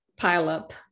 pileup